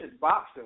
boxer